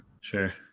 Sure